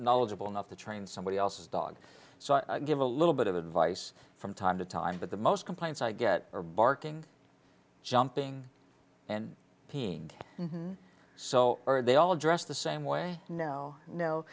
knowledgeable enough to train somebody else's dog so i give a little bit of advice from time to time but the most complaints i get are barking jumping and peeing and so are they all dressed the same way no no